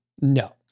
no